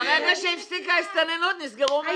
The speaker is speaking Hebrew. ברגע שהפסיקה ההסתננות נסגרו מחנות העינויים.